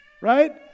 right